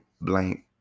blank